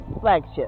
flagship